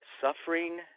suffering